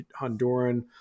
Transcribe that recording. Honduran